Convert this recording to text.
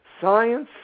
Science